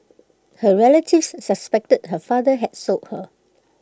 her relatives suspected her father had sold her